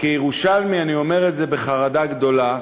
וכירושלמי אני אומר את זה בחרדה גדולה,